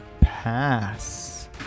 Pass